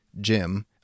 Jim